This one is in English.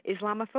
Islamophobia